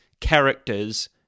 characters